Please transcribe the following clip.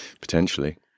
Potentially